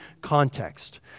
context